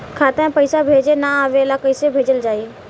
खाता में पईसा भेजे ना आवेला कईसे भेजल जाई?